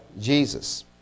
Jesus